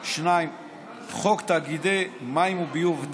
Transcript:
2. חוק תאגידי מים וביוב,